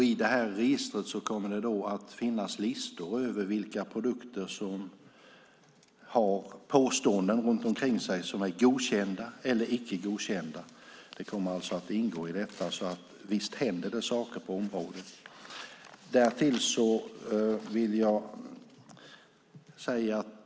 I registret kommer det att finnas listor över vilka produkter som har påståenden som är godkända eller icke godkända. Det kommer att ingå i detta, så visst händer det saker på området.